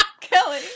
Kelly